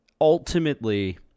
ultimately